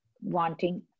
wanting